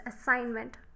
assignment